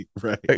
right